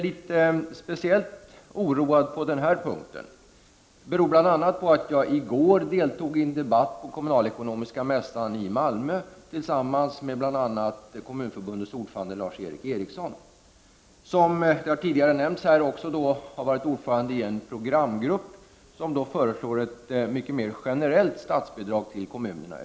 Att jag är speciellt oroad på denna punkt beror bl.a. på att jag i går deltog i en debatt på kommunalekonomiska mässan i Malmö tillsammans med bl.a. kommunförbundets ordförande Lars Eric Ericsson, som tidigare varit ordförande i en programgrupp som föreslår ett mycket mer generellt statsbidrag till kommunerna.